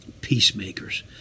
peacemakers